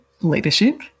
leadership